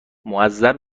معذب